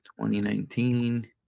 2019